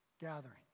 gathering